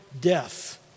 death